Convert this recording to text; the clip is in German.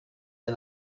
der